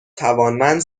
توانمند